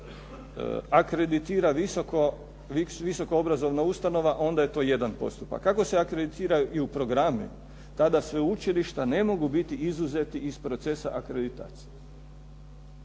akreditira visoko obrazovna ustanova, onda je to jedan postupak, ako se akreditiraju programi tada se učilišta ne mogu biti izuzeti iz procesa akreditacije.